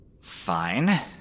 Fine